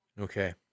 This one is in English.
Okay